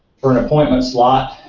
for an appointment slot,